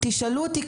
תשאלו אותי,